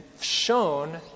shown